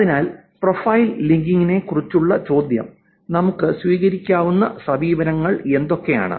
അതിനാൽ പ്രൊഫൈൽ ലിങ്കിംഗിനെക്കുറിച്ചുള്ള ചോദ്യം നമുക്ക് സ്വീകരിക്കാവുന്ന സമീപനങ്ങൾ എന്തൊക്കെയാണ്